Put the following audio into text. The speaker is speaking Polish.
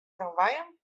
tramwajem